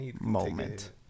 moment